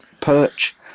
perch